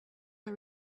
our